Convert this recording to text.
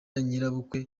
nyirabukwe